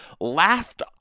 laughed